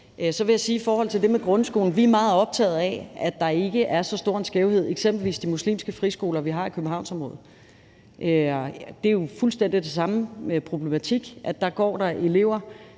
Så vil jeg sige i forhold til det med grundskolen, at vi er meget optaget af, at der ikke er så stor en skævhed som i eksempelvis de muslimske friskoler, vi har i Københavnsområdet. Det er jo fuldstændig den samme problematik, nemlig at der går elever